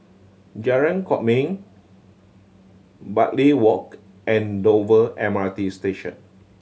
Jalan Kwok Min Bartley Walk and Dover M R T Station